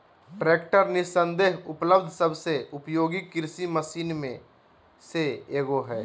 tractor निस्संदेह उपलब्ध सबसे उपयोगी कृषि मशीन में से एगो हइ